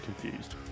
confused